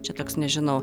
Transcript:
čia toks nežinau